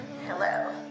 Hello